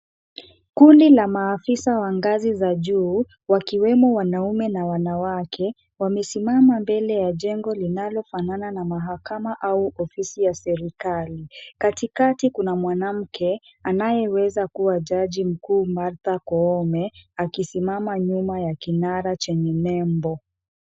Kundi la maafisa wa ngazi za juu, wakiwemo wanaume na wanawake, wamesimama mbele ya jengo linalofanana na mahakama au ofisi ya serikali. Katikati kuna mwanamke anayeweza kuwa jaji mkuu Martha Koome akisimama nyuma ya kinara cha nembo.